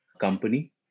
company